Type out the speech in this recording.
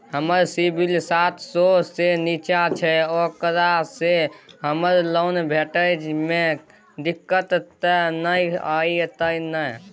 हमर सिबिल सात सौ से निचा छै ओकरा से हमरा लोन भेटय में दिक्कत त नय अयतै ने?